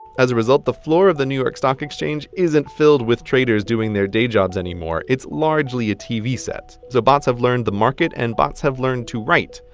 as a result, the floor of the new york stock exchange isn't filled with traders doing their day jobs anymore, it's largely a tv set. so bots have learned the market and bots have learned to write.